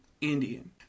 Indian